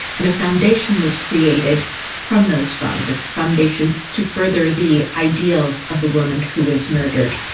and a foundation was created from those funds, a foundation to further the ideals of the woman who was murdered.